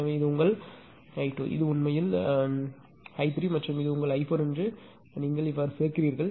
எனவே இது உங்கள் ஐ 2 இது உங்கள் i3 மற்றும் இது உங்கள் i4 என்று நீங்கள் சேர்க்கிறீர்கள்